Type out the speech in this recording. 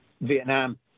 Vietnam